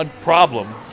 problem